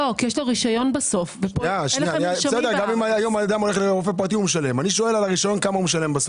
על הרשיון הוא לא משלם.